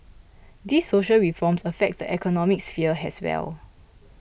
these social reforms affect the economic sphere as well